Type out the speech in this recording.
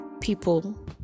people